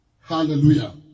Hallelujah